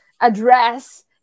address